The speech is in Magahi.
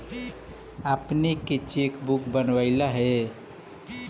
अपने के चेक बुक बनवइला हे